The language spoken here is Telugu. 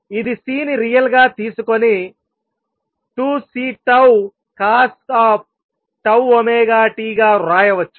ఇది C ని రియల్ గా తీసుకొని 2Ccos⁡τωt గా వ్రాయవచ్చు